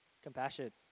compassion